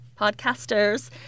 podcasters